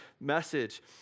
message